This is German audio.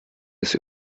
des